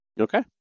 Okay